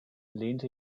lehnte